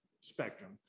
spectrum